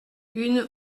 une